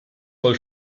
mal